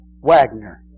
Wagner